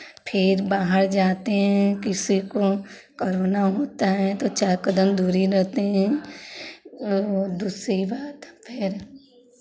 फिर बाहर जाते हैं किसी को कोरोना होता है तो चार कदम दूरी रहते हैं और दूसरी बात फिर